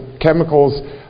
chemicals